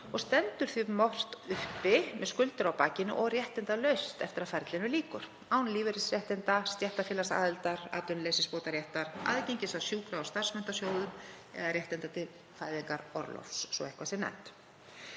og stendur því margt uppi með skuldir á bakinu og réttindalaust eftir að ferlinu lýkur, án lífeyrisréttinda, stéttarfélagsaðildar, atvinnuleysisbótaréttar, aðgengis að sjúkra- og starfsmenntasjóði eða réttinda til fæðingarorlofs, svo að eitthvað sé nefnt.